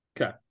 Okay